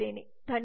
ಧನ್ಯವಾದಗಳು